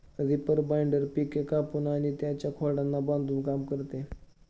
reaper binder पिके कापून आणि त्यांच्या खोडांना बांधून काम करते